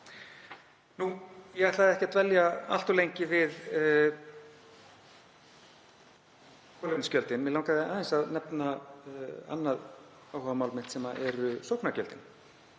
Ég ætlaði ekki að dvelja allt of lengi við kolefnisgjöldin. Mig langaði aðeins að nefna annað áhugamál mitt sem eru sóknargjöldin.